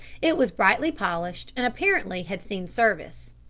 it was brightly polished and apparently had seen service.